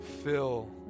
fill